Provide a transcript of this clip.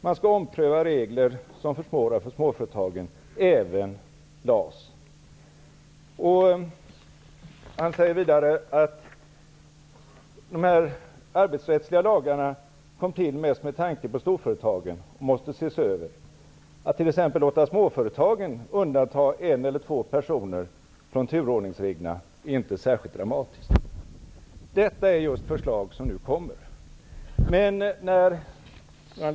Man skall ompröva regler som försvårar för småföretagen -- detta gäller även LAS. Vidare säger Göran Persson att de arbetsrättsliga lagarna kom till mest med tanke på storföretagen och att dessa lagar måste ses över. Att t.ex. låta småföretagen undanta en eller två personer från turordningsreglerna är inte särskilt dramatiskt. Detta är förslag som nu kommer att läggas fram.